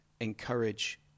encourage